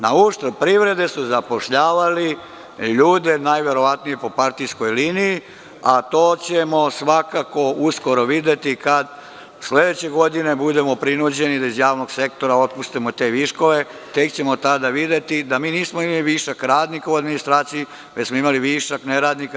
Na uštrb privrede su zapošljavali ljude najverovatnije po partijskoj liniji,a to ćemo svakako uskoro videti kada sledeće godine budemo prinuđeni da iz javnog sektora otpustimo te viškove, tek ćemo tada videti da mi nismo imali višak radnika u administraciji, već smo imali višak neradnika.